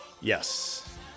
Yes